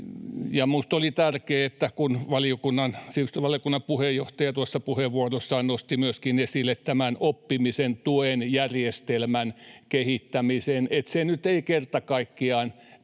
Minusta oli tärkeää, että sivistysvaliokunnan puheenjohtaja tuossa puheenvuorossaan nosti myöskin esille tämän oppimisen tuen järjestelmän kehittämisen — se nyt ei kerta kaikkiaan